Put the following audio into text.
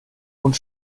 und